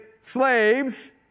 slaves